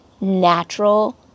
natural